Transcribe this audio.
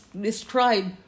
Describe